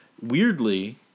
weirdly